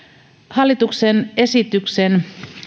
hallituksen esityksen